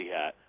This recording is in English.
hat